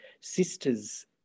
sisters